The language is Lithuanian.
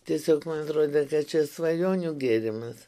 tiesiog man atrodė kad čia svajonių gėrimas